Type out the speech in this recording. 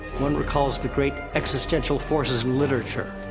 one recalls the great existential forces in literature,